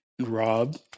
Rob